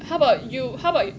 how about you how about